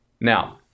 Now